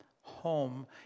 home